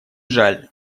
жаль